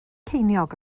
ceiniog